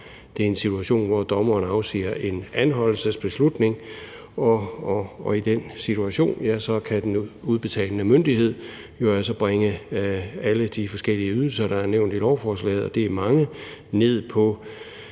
det er en situation, hvor dommeren afsiger en anholdelsesbeslutning, og i den situation kan den udbetalende myndighed jo altså bringe alle de forskellige ydelser, der er nævnt i lovforslaget, og det er mange, ned på